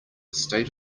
state